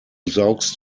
saugst